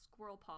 Squirrelpaw